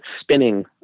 spinning